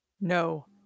No